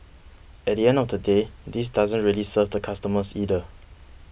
at the end of the day this doesn't really serve the customers either